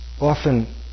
Often